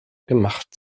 gemacht